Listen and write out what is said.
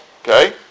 Okay